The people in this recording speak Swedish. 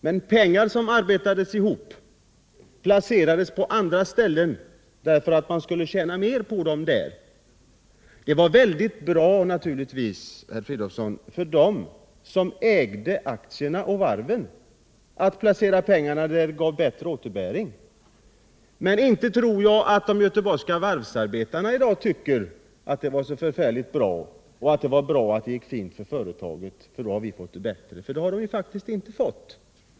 Men de pengar som arbetades ihop placerades på andra ställen för att man skulle tjäna mera på dem. Det var naturligtvis väldigt bra för dem som ägde aktierna och varven att man placerade pengarna där de gav bättre utdelning. Men inte tror jag att de göteborgska varvsarbetarna i dag tycker att det var så förfärligt bra. De säger inte: Det var bra att det gick fint för företaget — då har vi fått det bättre. Det har de faktiskt inte fått.